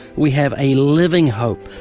we have a living hope,